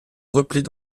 replient